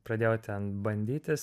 pradėjau ten bandytis